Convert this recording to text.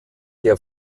der